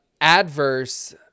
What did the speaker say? adverse